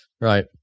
Right